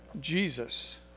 Jesus